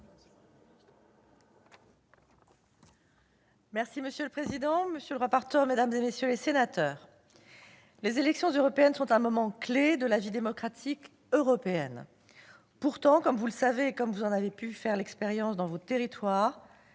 Monsieur le président, monsieur le rapporteur, mesdames, messieurs les sénateurs, les élections européennes sont un moment clé de la vie démocratique européenne. Pourtant, comme vous le savez et comme vous avez pu en faire l'expérience dans vos territoires,